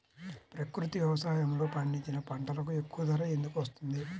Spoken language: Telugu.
ప్రకృతి వ్యవసాయములో పండించిన పంటలకు ఎక్కువ ధర ఎందుకు వస్తుంది?